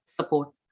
support